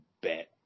bet